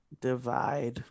Divide